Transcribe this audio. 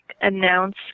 announce